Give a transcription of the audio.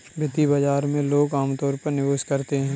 वित्तीय बाजार में लोग अमतौर पर निवेश करते हैं